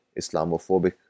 Islamophobic